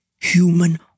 human